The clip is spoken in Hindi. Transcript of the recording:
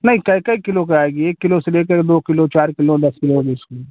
नहीं कई कई किलो का आएगी एक किलो से लेकर दो किलो चार किलो दस किलो बीस किलो